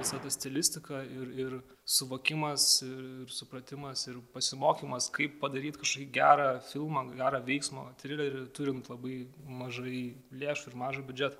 visa ta stilistika ir ir suvokimas ir supratimas ir pasimokymas kaip padaryti kažkokį gerą filmą gerą veiksmo trilerį turint labai mažai lėšų ir mažą biudžetą